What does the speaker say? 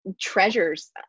treasures